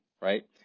right